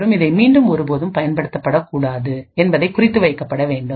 மற்றும் இதை மீண்டும் ஒருபோதும் பயன்படுத்தக்கூடாது என்பதை குறித்து வைக்கப்பட வேண்டும்